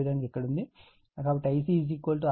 కాబట్టి Ic 6